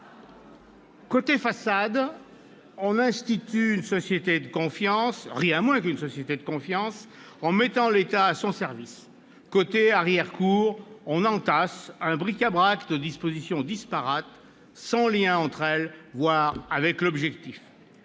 côté façade, on institue rien de moins qu'une société de confiance en mettant l'État à son service ; côté arrière-cour, on entasse un bric-à-brac de dispositions disparates, sans lien entre elles, voire sans lien avec l'objectif.